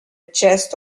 chest